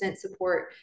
support